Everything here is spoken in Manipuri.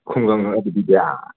ꯈꯨꯡꯒꯪꯂ ꯍꯥꯏꯗꯤ ꯕꯤꯗ꯭ꯌꯥ